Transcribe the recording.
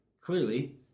clearly